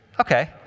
Okay